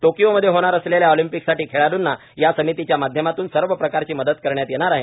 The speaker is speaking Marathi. टोकिओमध्ये होणार असलेल्या ऑलिम्पिकसाठी खेळाडूंना या समितीच्या माध्यमातून सर्व प्रकारची मदत करण्यात येणार आहे